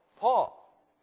Paul